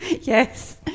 yes